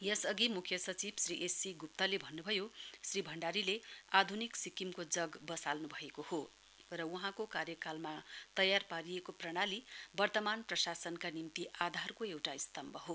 यस अघि मुख्य सचिव श्री एससी गुप्तले भन्नु भयो श्री भण्डारीले आध्निक सिक्किमको जग बसाल्न् भएको हो र वहाँको कार्यकालमा तयारी पारिएको प्रणाली वर्तमान प्रशासनका निम्ति आधारको एउटा स्तम्भ हो